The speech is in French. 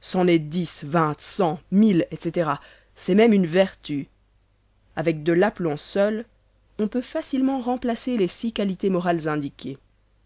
c'en est dix vingt cent mille etc c'est même une vertu avec de l'aplomb seul on peut facilement remplacer les six qualités morales indiquées